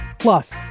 Plus